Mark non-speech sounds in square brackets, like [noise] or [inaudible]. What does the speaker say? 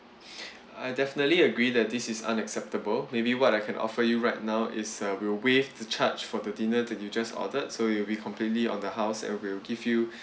[breath] I definitely agree that this is unacceptable maybe what I can offer you right now is uh we'll waive the charge for the dinner that you just ordered so it'll be completely on the house and we'll give you